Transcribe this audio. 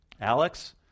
Alex